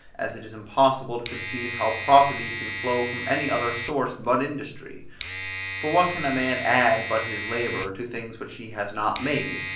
as it is impossible to conceive how property can flow from any other source but industry for what can a man add but his labour to things which he has not made,